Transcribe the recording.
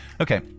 Okay